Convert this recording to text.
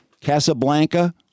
Casablanca